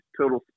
Total